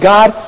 God